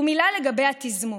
ומילה לגבי התזמון.